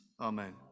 amen